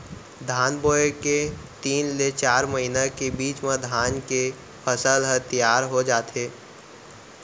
धान बोए के तीन ले चार महिना के बीच म धान के फसल ह तियार हो जाथे